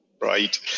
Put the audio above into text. right